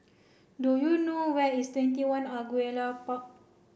do you know where is TwentyOne Angullia Park